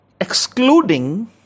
Excluding